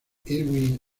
irwin